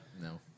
no